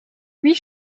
huit